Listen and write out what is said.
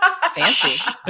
fancy